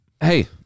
Hey